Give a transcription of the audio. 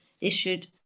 issued